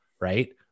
Right